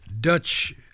Dutch